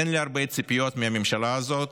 אין לי הרבה ציפיות מהממשלה הזאת,